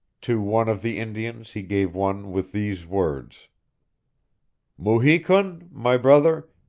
to one of the indians he gave one with these words mu-hi-kun, my brother,